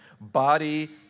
body